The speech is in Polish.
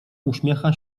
uśmiecha